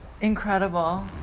Incredible